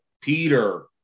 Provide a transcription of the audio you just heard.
Peter